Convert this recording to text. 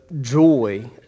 joy